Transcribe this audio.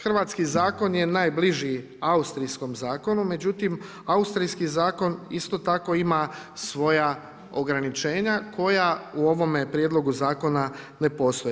Hrvatski zakon je najbliži austrijskom zakonu međutim austrijski zakon isto tako ima svoja ograničenja koja u ovome prijedlogu zakona ne postoje.